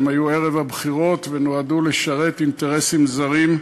הן היו ערב הבחירות ונועדו לשרת אינטרסים זרים.